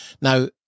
Now